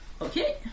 Okay